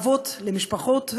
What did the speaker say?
אבות למשפחות,